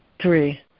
Three